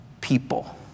people